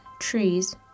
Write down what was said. trees